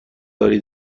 داری